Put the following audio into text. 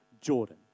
Jordan